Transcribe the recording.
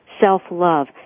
self-love